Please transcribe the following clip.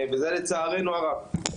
לצערנו הרב.